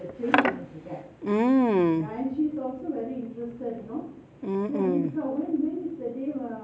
mm mm mm